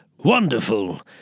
Wonderful